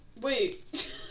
Wait